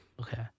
Okay